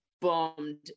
Bombed